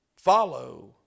Follow